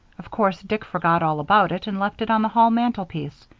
of course dick forgot all about it and left it on the hall mantelpiece.